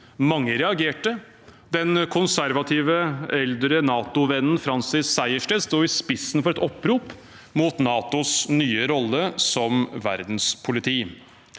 Mange reagerte. Den konservative, eldre NATO-vennen Francis Sejersted sto i spissen for et opprop mot NATOs nye rolle som verdenspoliti.